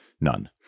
None